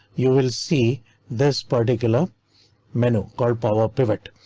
you will see this particular menu called powerpivot,